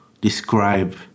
describe